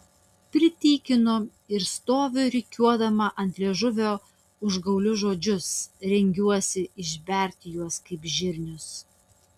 pritykinu ir stoviu rikiuodama ant liežuvio užgaulius žodžius rengiuosi išberti juos kaip žirnius